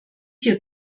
hier